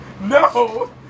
No